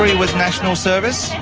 with national service?